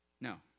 No